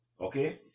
okay